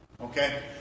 okay